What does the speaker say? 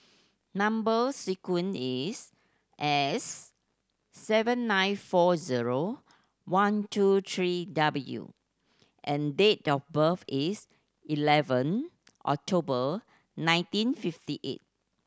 number sequence is S seven nine four zero one two three W and date of birth is eleven October nineteen fifty eight